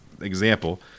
Example